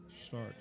start